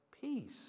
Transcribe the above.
peace